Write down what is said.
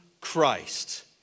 Christ